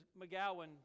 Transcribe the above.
McGowan